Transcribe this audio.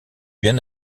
bien